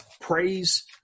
praise